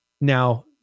Now